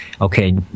okay